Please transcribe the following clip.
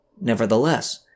Nevertheless